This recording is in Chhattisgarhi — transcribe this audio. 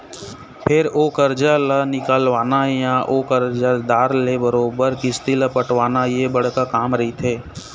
फेर ओ करजा ल निकलवाना या ओ करजादार ले बरोबर किस्ती ल पटवाना ये बड़का काम रहिथे